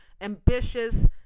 ambitious